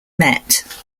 met